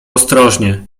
ostrożnie